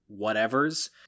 whatevers